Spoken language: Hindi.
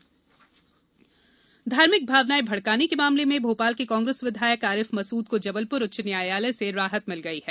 उच्च न्यायालय राहत धार्मिक भावनाएं भड़काने के मामले में भोपाल के कांग्रेस विधायक आरिफ मसूद को जबलपुर उच्च न्यायालय से राहत मिल गई है